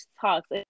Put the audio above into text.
Talks